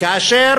כאשר